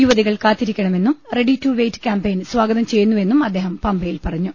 യുവതികൾ കാത്തിരിക്കണമെന്നും ready to wait campaign സ്വാഗതം ചെയ്യുന്നു വെന്നും അദ്ദേഹം പമ്പയിൽ പറഞ്ഞു